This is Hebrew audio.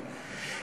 בבקשה.